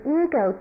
ego